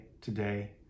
today